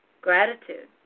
gratitude